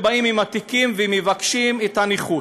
לפנימיים, ובאים עם התיקים ומבקשים את הנכות.